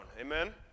Amen